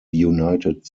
united